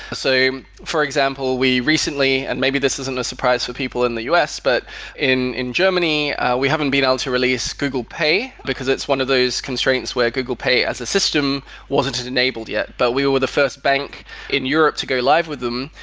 so, for example, we recently and maybe this isn't a surprise for people in the us, but in in germany we haven't been able to release google pay, because it's one of those constraints where google pay as a system wasn't enabled yet. but we were the first bank in europe to go live with them,